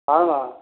ହଁ ମା'